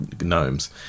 gnomes